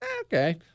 Okay